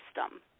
system